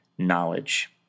knowledge